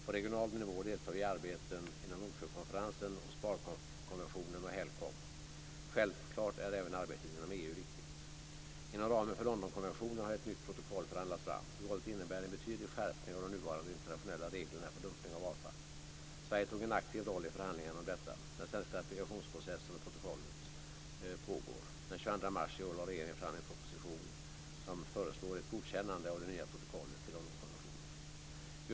På regional nivå deltar vi i arbeten inom Nordsjökonferensen, OSPAR konventionen och HELCOM. Självklart är även arbetet inom EU viktigt. Inom ramen för Londonkonventionen har ett nytt protokoll förhandlats fram. Protokollet innebär en betydlig skärpning av de nuvarande internationella reglerna för dumpning av avfall. Sverige spelade en aktiv roll i förhandlingen om detta. Den svenska ratifikationsprocessen vad gäller protokollet pågår. Den 22 mars i år lade regeringen fram en proposition där det bl.a. föreslås ett godkännande av det nya protokollet till Londonkonventionen (prop.